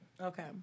Okay